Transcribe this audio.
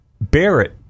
Barrett